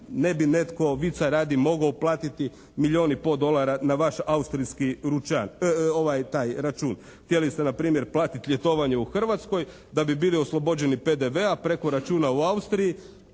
ne bi netko vica radi mogao platiti milijun i pol dolara na vaš austrijski račun. Htjeli ste npr. platiti ljetovanje u Hrvatskoj da bi bili oslobođeni PDV-a preko računa u Austriji,